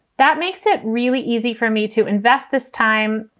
that makes it really easy for me to invest this time.